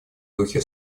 духе